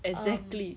exactly